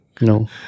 No